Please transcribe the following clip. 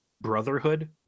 brotherhood